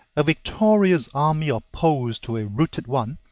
a victorious army opposed to a routed one,